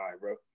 bro